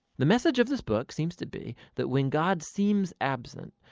the message of this books seems to be that when god seems absent,